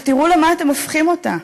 ותראו למה אתם הופכים אותה.